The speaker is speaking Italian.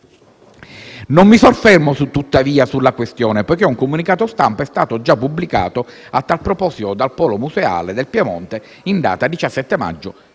Non mi soffermo tuttavia sulla questione, perché un comunicato stampa è stato già pubblicato a tal proposito dal Polo museale del Piemonte in data 17 maggio